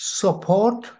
support